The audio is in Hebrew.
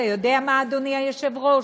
אתה יודע מה, אדוני היושב-ראש?